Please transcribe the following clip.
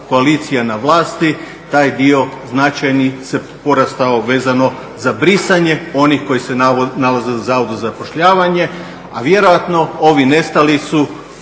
koalicija na vlasti, taj dio značajni je porastao vezano za brisanje onih koji se nalaze na zavodu za zapošljavanje, a vjerojatno ovi nestali su